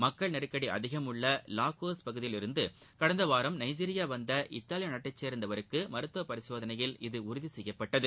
மக்கள் நெருக்ஷடி அதிகமுள்ள லாகோஸ் பகுதியிலிருந்து கடந்த வாரம் நைஜீரியா வந்த இத்தாலிய நாட்டைச் சேர்ந்தவருக்கு மருத்துவ பரிசோதனையில் உறுதி உசெய்யப்பட்டது